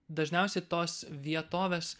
dažniausiai tos vietovės